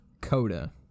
Coda